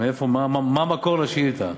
מה המקור לשאילתה?